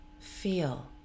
Feel